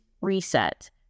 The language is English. reset